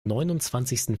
neunundzwanzigsten